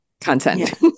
content